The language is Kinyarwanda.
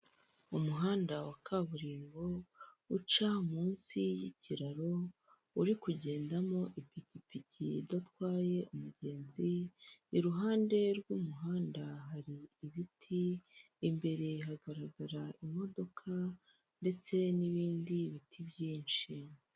Umuhanda wa kaburimbo uca munsi y'ikiraro, uri kugendamo ipikipiki idatwaye umugenzi, iruhande rw'umuhanda hari ibiti, imbere hagaragara imodoka, ndetse n'ibindi biti byinshi.